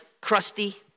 crusty